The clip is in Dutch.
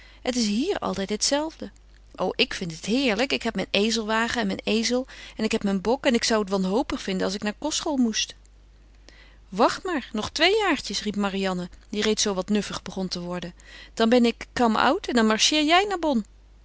het is hier altijd het zelfde o ik vindt het heerlijk ik heb mijn ezelwagen en mijn ezel en ik heb mijn bok en ik zou het wanhopig vinden als ik naar kostschool moest wacht maar nog twee jaartjes riep marianne die reeds zoo wat nuffig begon te worden dan ben ik come out en dan marcheer jij naar bonn